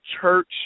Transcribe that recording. church